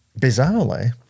bizarrely